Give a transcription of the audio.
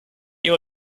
you